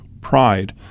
pride